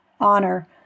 honor